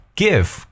give